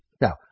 Now